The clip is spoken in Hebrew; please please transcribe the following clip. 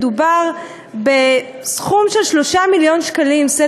מדובר בסכום של 3 מיליון שקלים בשנה,